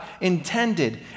intended